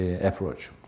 approach